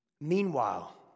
Meanwhile